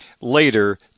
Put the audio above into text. later